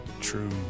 true